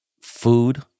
food